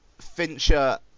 Fincher